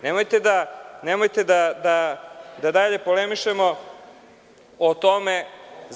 Nemojte da dalje polemišemo o tome.